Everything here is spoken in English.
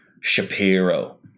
Shapiro